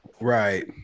right